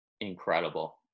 incredible